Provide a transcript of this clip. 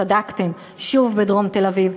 צדקתם, שוב, בדרום תל-אביב.